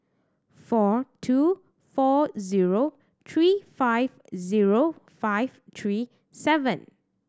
four two four zero three five zero five three seven